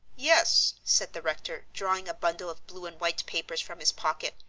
yes, said the rector, drawing a bundle of blue and white papers from his pocket.